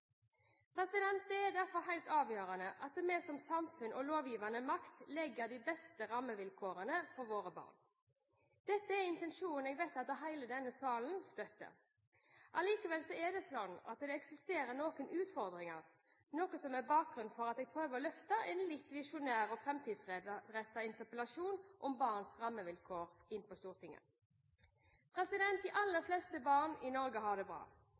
for. Det er derfor helt avgjørende at vi som samfunn og lovgivende makt legger de beste rammevilkårene for våre barn. Dette er en intensjon jeg vet hele denne salen støtter. Allikevel er det sånn at det eksisterer noen utfordringer, noe som er bakgrunnen for at jeg prøver å løfte en litt visjonær og framtidsrettet interpellasjon om barns rammevilkår inn for Stortinget. De aller fleste barn i Norge har det bra.